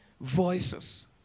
voices